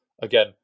Again